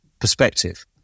perspective